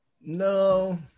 No